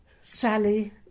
Sally